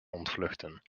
ontvluchten